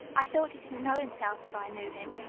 i thought he didn't know himself as i knew him.